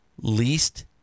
least